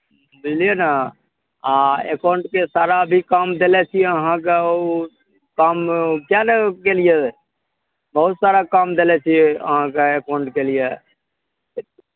बुझलियै ने एकाउंटके सारा भी काम देने छियै अहाँकेँ ओ काम किएक नहि केलियै बहुत सारा काम देने छियै अहाँकेँ एकाउंटके लिए